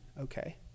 okay